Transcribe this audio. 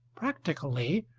practically,